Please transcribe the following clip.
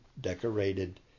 decorated